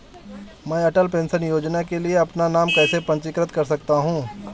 मैं अटल पेंशन योजना के लिए अपना नाम कैसे पंजीकृत कर सकता हूं?